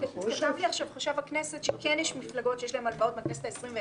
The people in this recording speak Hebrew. כתב לי כעת חשב הכנסת שכן יש מפלגות שיש להן הלוואות בכנסת ה-21,